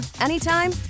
anytime